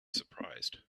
surprised